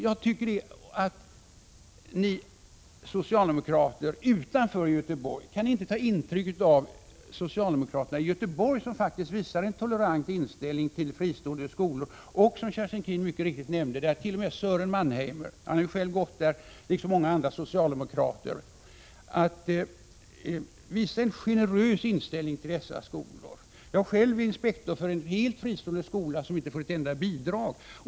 Jag tycker att ni socialdemokrater utanför Göteborg borde kunna ta intryck av socialdemokraterna i Göteborg, som faktiskt visar en tolerant inställning till fristående skolor. Som Kerstin Keen mycket riktigt nämnde har Sören Mannheimer själv gått där liksom många andra socialdemokrater. Visa en generös inställning till dessa skolor! Själv är jag inspektor för en helt fristående skola, som inte får ett enda bidrag.